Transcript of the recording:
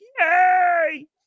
Yay